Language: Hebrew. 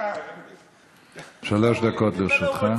שלוש דקות לרשותך.